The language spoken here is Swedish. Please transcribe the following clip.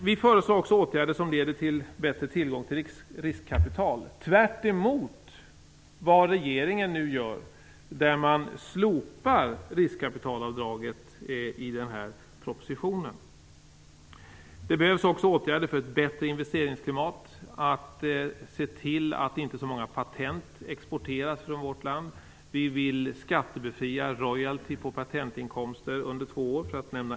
Vi föreslår också åtgärder som leder till bättre tillgång till riskkapital. Det är tvärtemot vad regeringen nu gör. I den här propositionen vill man slopa riskkapitalavdraget. Det behövs också åtgärder för ett bättre investeringsklimat. Man skall se till att inte så många patent exporteras från vårt land. Vi vill skattebefria royalty på patentinkomster under två år; det är ett exempel.